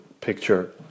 picture